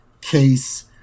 case